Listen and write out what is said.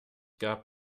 gab